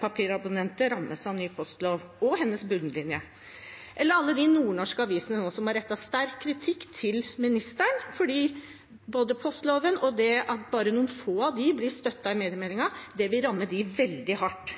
papirabonnenter rammes av ny postlov – også hennes bunnlinje. Så er det alle de nordnorske avisene som nå har rettet sterk kritikk mot ministeren, for både postloven og det at bare noen få av dem blir støttet i mediemeldingen, vil ramme dem veldig hardt.